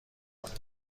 کنید